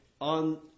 on